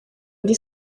indi